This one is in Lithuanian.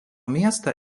miestą